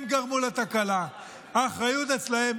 הם גרמו לתקלה, האחריות אצלם.